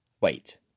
wait